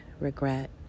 regret